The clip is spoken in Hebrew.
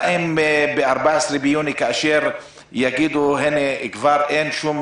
האם ב-14 ביוני, כאשר יגידו שאין כבר שום